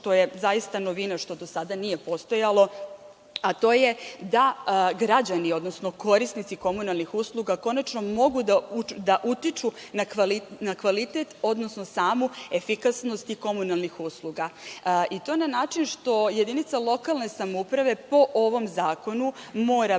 što je novina, što do sada nije postojalo, a to je da građani, odnosno korisnici komunalnih usluga konačno mogu da utiču na kvalitet, odnosno samu efikasnost komunalnih usluga i to na način što jedinica lokalne samouprave, po ovom zakonu, mora